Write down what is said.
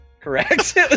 Correct